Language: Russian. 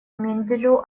менделю